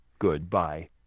Goodbye